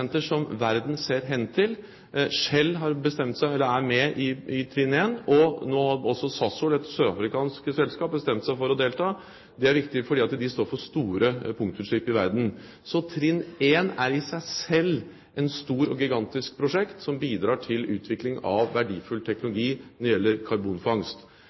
som verden ser hen til. Shell er med i trinn 1, og nå har også Sasol – et sørafrikansk selskap – bestemt seg for å delta. Det er viktig, fordi de står for store punktutslipp i verden. Trinn 1 er i seg selv et stort og gigantisk prosjekt som bidrar til utvikling av verdifull teknologi når det gjelder karbonfangst.